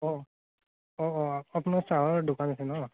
অঁ অঁ অঁ অঁ আপোনাৰ চাহৰ দোকান আছে ন